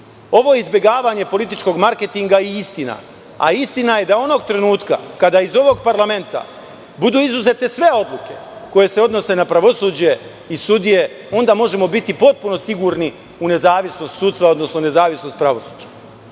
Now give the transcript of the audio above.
Ovo je izbegavanje političkog marketinga i istina. A istina je da onog trenutka, kada iz ovog parlamenta budu izuzete sve odluke koje se odnose na pravosuđe i sudije, onda možemo biti potpuno sigurni u nezavisnost sudstva, odnosno nezavisnost pravosuđa.No,